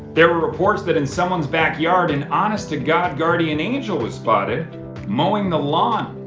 there were reports that in someone's backyard an honest-to-god guardian angel was spotted mowing the lawn.